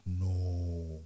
no